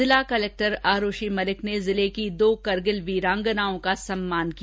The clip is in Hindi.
जिला कलेक्टर आरूषी मलिक ने जिले की दो कारगिल वीरांगनाओं का सम्मान किया